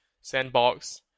Sandbox